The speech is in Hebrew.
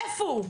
איפה הוא?